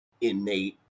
innate